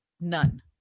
None